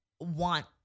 want